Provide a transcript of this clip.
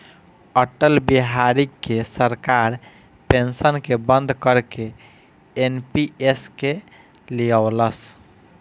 अटल बिहारी के सरकार पेंशन के बंद करके एन.पी.एस के लिअवलस